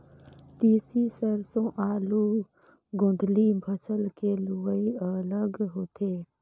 तिसी, सेरसों, आलू, गोदंली फसल के लुवई अलग होथे